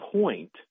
point